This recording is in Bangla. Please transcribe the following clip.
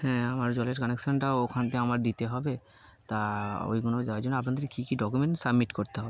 হ্যাঁ আমার জলের কানেকশানটা ওখান থেকে আমার দিতে হবে তা ওই কোনো যাওয়ার জন্য আপনাদের কী কী ডকুমেন্ট সাবমিট করতে হবে